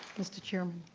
mr. chairman.